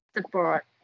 support